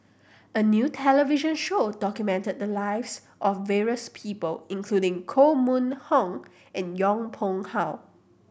a new television show document the lives of various people including Koh Mun Hong and Yong Pung How